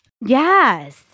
Yes